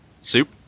soup